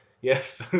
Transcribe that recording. Yes